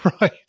Right